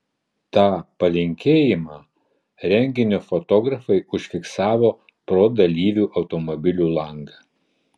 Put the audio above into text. tą palinkėjimą renginio fotografai užfiksavo pro dalyvių automobilio langą